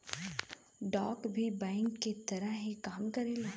डाक भी बैंक के तरह ही काम करेला